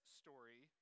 story